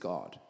God